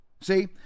See